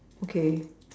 okay